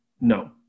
no